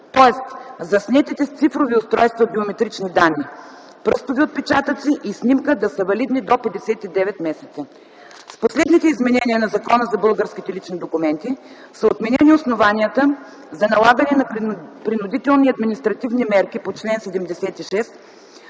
тоест заснетите с цифрови устройства биометрични данни – пръстови отпечатъци и снимка, да са валидни до 59 месеца. С последните изменения на Закона за българските лични документи са отменени основанията за налагане на принудителни административни мерки по чл. 76,